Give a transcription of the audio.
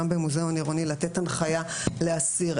גם במוזיאון עירוני לתת הנחייה להסיר,